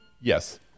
Yes